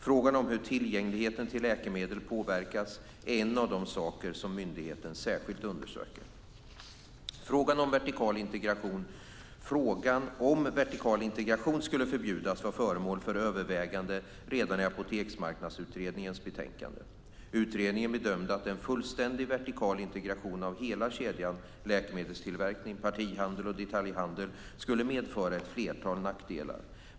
Frågan om hur tillgängligheten till läkemedel påverkats är en av de saker som myndigheten särskilt undersöker. Frågan om vertikal integration skulle förbjudas var föremål för övervägande redan i Apoteksmarknadsutredningens betänkande. Utredningen bedömde att en fullständig vertikal integration av hela kedjan läkemedelstillverkning, partihandel och detaljhandel skulle medföra ett flertal nackdelar.